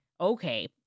okay